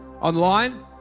Online